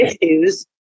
issues